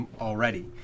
already